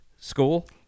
School